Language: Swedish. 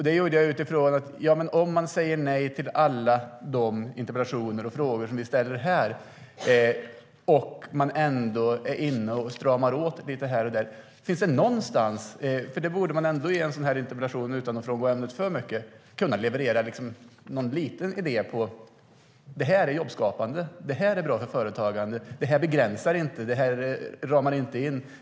Det gjorde jag utifrån tanken att man säger nej till alla de interpellationer och frågor som vi ställer här men ändå är inne och stramar åt lite här och där. I en sådan här interpellationsdebatt borde man utan att frångå ämnet för mycket ändå kunna leverera någon liten idé och säga: Det här är jobbskapande. Det här är bra för företagande. Det här begränsar inte. Det här ramar inte in.